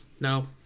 No